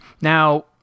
now